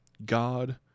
god